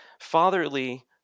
fatherly